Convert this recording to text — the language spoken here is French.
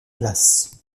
place